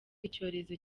icyorezo